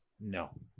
No